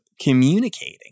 communicating